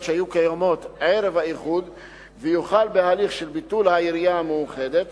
שהיו קיימות ערב האיחוד ויוחל בהליך של ביטול העירייה המאוחדת.